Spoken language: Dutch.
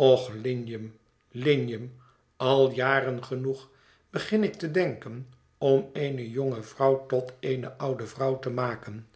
och lignum lignum al jaren genoeg begin ik te denken om eene jonge vrouw tot eene oude vrouw te maken